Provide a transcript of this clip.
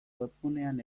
webgunean